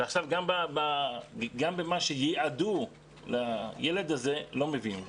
ועכשיו גם במה שייעדו לילד הזה, לא מביאים.